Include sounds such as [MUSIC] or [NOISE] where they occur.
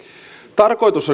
tarkoitus [UNINTELLIGIBLE]